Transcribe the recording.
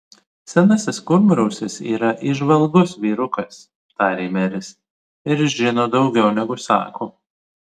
senasis kurmrausis yra įžvalgus vyrukas tarė meris ir žino daugiau negu sako